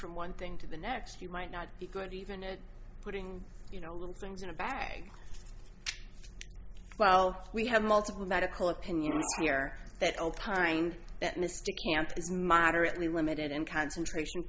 from one thing to the next you might not be good even a putting you know little things in a bag well we have multiple medical opinion here that opined that mr camp is moderately limited in concentration